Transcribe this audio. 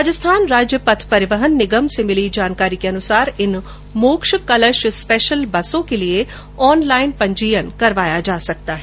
राजस्थान राज्य पथ परिवहन निगम से मिली जानकारी के अनुसार इन मोक्ष कलश स्पेशल बसों के लिए ऑनलाइन पंजीयन करवाया जा सकता है